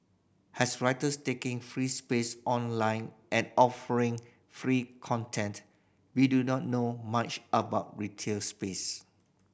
as writers taking free space online and offering free content we do not know much about retail space